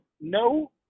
no